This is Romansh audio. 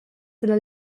dalla